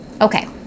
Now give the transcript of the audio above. Okay